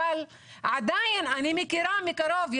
אבל עדיין אני מכירה מקרוב,